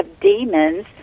demons